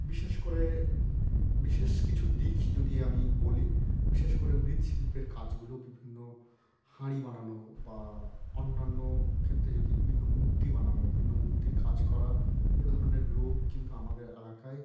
বিশেষ করে বিশেষ কিছু দিক যদি আমি বলি বিশেষ করে মৃৎশিল্পের কাজগুলো বিভিন্ন হাঁড়ি বানানো বা অন্যান্য ক্ষেত্রে যদি বিভিন্ন মূর্তি বানানো বিভিন্ন মূর্তির কাজ করা এ ধরনের লোক কিন্তু আমাদের এলাকায়